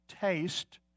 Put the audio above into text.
taste